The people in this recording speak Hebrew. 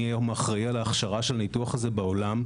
אני היום אחראי על ההכשרה של הניתוח הזה בעולם.